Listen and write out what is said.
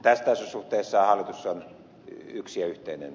tässä suhteessa hallitus on yksi ja yhteinen